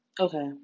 Okay